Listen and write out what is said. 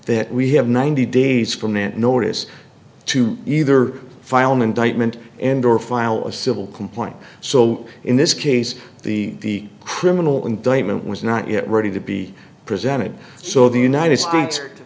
that we have ninety days from that notice to either file an indictment and or file a civil complaint so in this case the criminal indictment was not yet ready to be presented so the united states